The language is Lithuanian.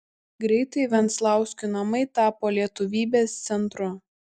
greitai venclauskių namai tapo lietuvybės centru